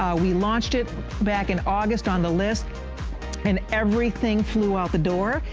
we launched it back in august on the list and everything flew out the door.